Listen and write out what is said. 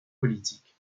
politique